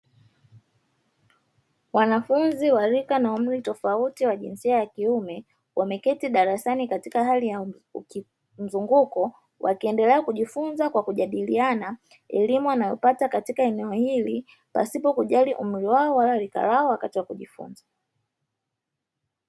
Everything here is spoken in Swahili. Wanafunzi wa rika na umri tofauti wa jinsia ya kiume, wameketi katika hali ya mzunguko, Wakiendelea kujifunza kwa kujadiliana elimu wanayoipata katika eneo hili pasipo kujali umeri wao ama rika lao wakati wa kujifunza.